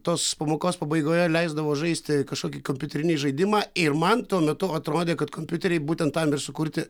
tos pamokos pabaigoje leisdavo žaisti kažkokį kompiuterinį žaidimą ir man tuo metu atrodė kad kompiuteriai būtent tam ir sukurti